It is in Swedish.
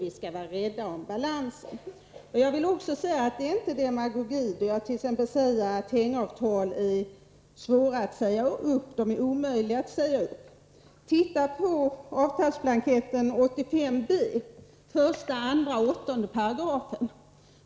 Vi skall vara rädda om det, om balansen. Jag vill också säga: Det är inte demagogi när jag t.ex. säger att hängavtalen är svåra att säga upp eller egentligen omöjliga att säga upp. Se på avtalsblankett 85 B, 1, 2 och 8 §§.